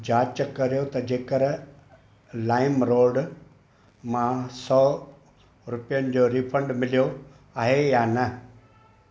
जांच कर्यो त जेकर लाइम रोड मां सौ रुपियनि जो रीफंड मिलियो आहे या न